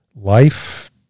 life